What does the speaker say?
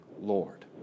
Lord